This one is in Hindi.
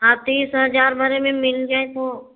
हाँ तीस हजार भरे में मिल जाए तो